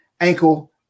Ankle